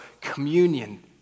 communion